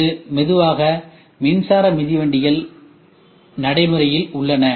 இன்று மெதுவாக மின்சார மிதிவண்டிகள் நடைமுறையில் உள்ளன